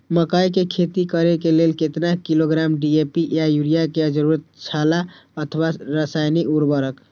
मकैय के खेती करे के लेल केतना किलोग्राम डी.ए.पी या युरिया के जरूरत छला अथवा रसायनिक उर्वरक?